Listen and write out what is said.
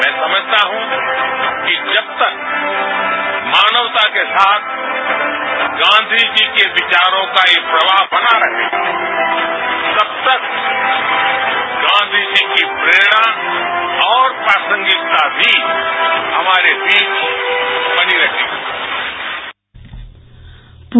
मैं समझता हूं कि जब तक मानवता के साथ गांधी जी के विचारों का एक प्रवाह बना रहेगा तब तक गांधी जी की प्रेरणा और प्रासांगिकता भी हमारे बीच बनी रहेगी